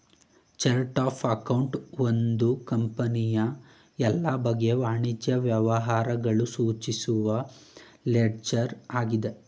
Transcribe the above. chart of account ಒಂದು ಕಂಪನಿಯ ಎಲ್ಲ ಬಗೆಯ ವಾಣಿಜ್ಯ ವ್ಯವಹಾರಗಳು ಸೂಚಿಸುವ ಲೆಡ್ಜರ್ ಆಗಿದೆ